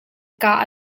kah